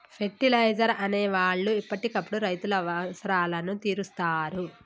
fertilisers అనే వాళ్ళు ఎప్పటికప్పుడు రైతుల అవసరాలను తీరుస్తారు